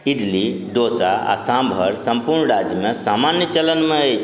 इडली डोसा आओर साम्भर सम्पूर्ण राज्यमे सामान्य चलनमे अछि